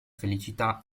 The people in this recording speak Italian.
felicità